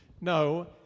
No